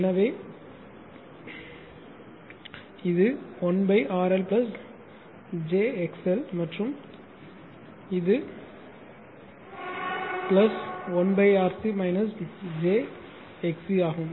எனவே இது 1 RL j XL மற்றும் இது 1 RC j XC ஆகும்